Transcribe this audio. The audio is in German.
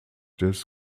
des